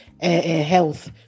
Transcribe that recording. health